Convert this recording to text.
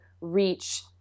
reach